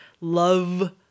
love